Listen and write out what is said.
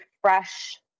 fresh